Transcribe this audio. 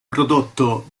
prodotto